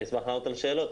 אני אשמח לענות על שאלות.